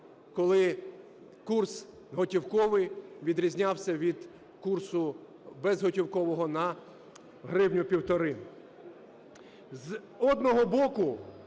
коли курс готівковий відрізнявся від курсу безготівкового на гривню-півтори. З одного боку,